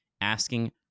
asking